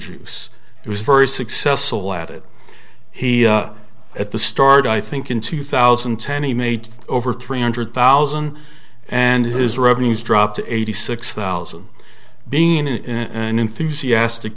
juice it was very successful at it at the start i think in two thousand and ten he made over three hundred thousand and his revenues dropped eighty six thousand being in an enthusiastic